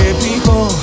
people